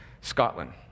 Scotland